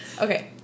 Okay